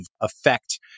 effect